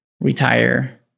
retire